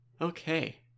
Okay